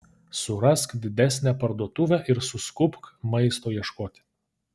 surask didesnę parduotuvę ir suskubk maisto ieškoti